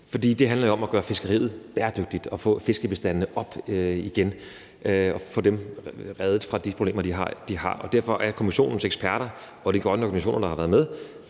for det handler jo om at gøre fiskeriet bæredygtigt og få fiskebestandene op igen og få dem reddet fra de problemer, der er. Derfor har kommissionens eksperter og de grønne organisationer, der har været med,